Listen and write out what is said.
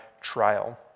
trial